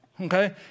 okay